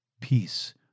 Peace